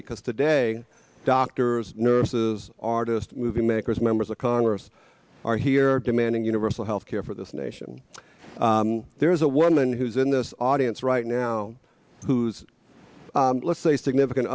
because today doctors nurses artist movie makers members of congress are here demanding universal health care for this nation there's a woman who's in this audience right now who's let's say a significant